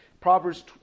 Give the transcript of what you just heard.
Proverbs